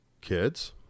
kids